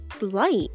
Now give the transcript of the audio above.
light